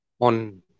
on